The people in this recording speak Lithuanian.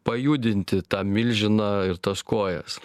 pajudinti tą milžiną ir tas kojas